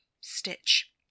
Stitch